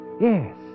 Yes